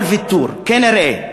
כל ויתור, כנראה,